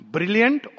Brilliant